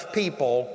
people